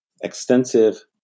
extensive